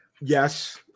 yes